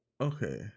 Okay